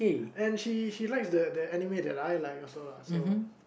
and she she likes the the anime that I like also lah so